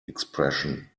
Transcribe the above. expression